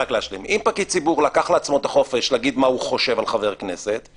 אם פקיד ציבור לקח לעצמו את החופש להגיד מה הוא חושב על חבר כנסת,